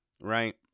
Right